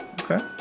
Okay